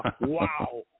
Wow